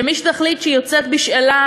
שמי שתחליט שהיא יוצאת בשאלה,